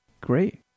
Great